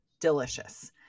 delicious